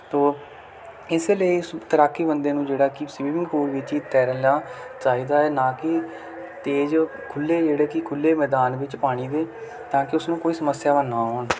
ਤੋ ਇਸੇ ਲਈ ਸੁ ਤੈਰਾਕੀ ਬੰਦੇ ਨੂੰ ਜਿਹੜਾ ਕਿ ਸਵਿਮਿੰਗ ਪੂਲ ਵਿੱਚ ਹੀ ਤੈਰਨਾ ਚਾਹੀਦਾ ਹੈ ਨਾ ਕਿ ਤੇਜ਼ ਖੁੱਲ੍ਹੇ ਜਿਹੜੇ ਕਿ ਖੁੱਲ੍ਹੇ ਮੈਦਾਨ ਵਿੱਚ ਪਾਣੀ ਦੇ ਤਾਂ ਕਿ ਉਸ ਨੂੰ ਕੋਈ ਸਮੱਸਿਆਵਾਂ ਨਾ ਆਉਣ